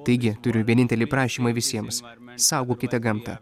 taigi turiu vienintelį prašymą visiems saugokite gamtą